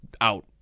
out